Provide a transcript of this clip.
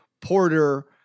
Porter